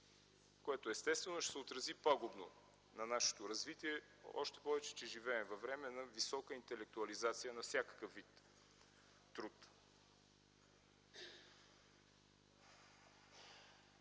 което естествено ще се отрази пагубно на нашето развитие, още повече че живеем във време на висока интелектуализация на всякакъв вид труд.